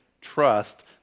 trust